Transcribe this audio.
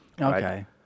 Okay